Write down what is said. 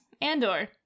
Andor